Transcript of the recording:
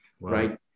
right